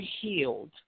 healed